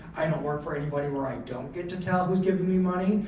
i don't work for anybody where i don't get to tell who's giving me money.